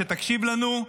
שתקשיב לנו.